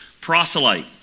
proselyte